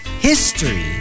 History